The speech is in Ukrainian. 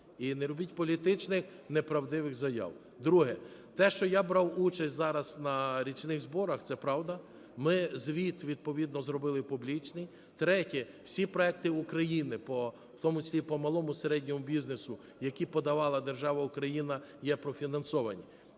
І не робіть політичних неправдивих заяв. Друге. Те, що я брав участь зараз на річних зборах, це правда. Ми звіт відповідно зробили публічний. Третє. Всі проекти України, в тому числі і по малому і середньому бізнесу, які подавала держава Україна, є профінансовані.